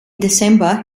december